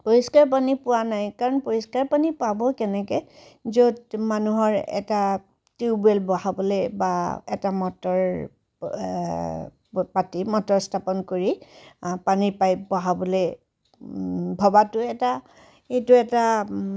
পৰিস্কাৰ পানী পোৱা নাই কাৰণ পৰিস্কাৰ পানী পাব কেনেকৈ য'ত মানুহৰ এটা টিউবেল বহাবলৈ বা এটা মটৰ পাতি মটৰ স্থাপন কৰি পানীৰ পাইপ বহাবলৈ ভবাটোৱে এটা এইটো এটা